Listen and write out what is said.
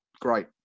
great